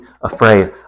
afraid